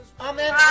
Amen